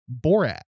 Borat